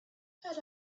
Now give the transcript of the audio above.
had